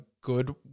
good